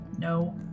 No